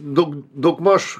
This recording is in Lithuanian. daug daugmaž